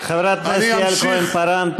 חברת הכנסת יעל כהן-פארן,